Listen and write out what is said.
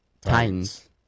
Titans